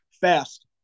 fast